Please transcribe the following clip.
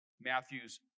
Matthew's